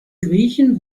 griechen